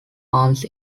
arms